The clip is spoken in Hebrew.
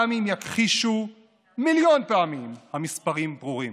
גם אם יכחישו מיליון פעמים, המספרים ברורים.